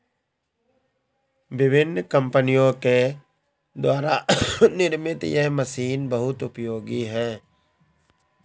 विभिन्न कम्पनियों के द्वारा निर्मित यह मशीन बहुत उपयोगी है